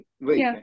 Wait